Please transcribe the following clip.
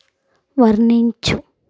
వర్ణించు